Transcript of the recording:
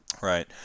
Right